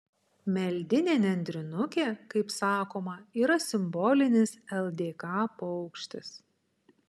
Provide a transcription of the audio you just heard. meldinė nendrinukė kaip sakoma yra simbolinis ldk paukštis